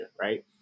right